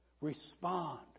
Respond